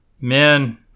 men